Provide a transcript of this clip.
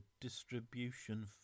distribution